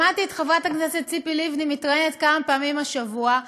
שמעתי את חברת הכנסת ציפי לבני מתראיינת כמה פעמים השבוע.